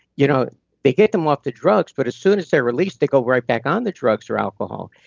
you know they get them off the drugs, but as soon as they're released they go right back on the drugs or alcohol,